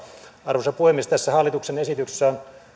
arvoisa puhemies tässä hallituksen esityksessä on